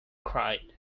cried